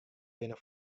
binne